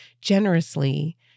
generously